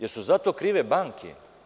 Jel su za to krive banke?